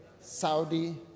Saudi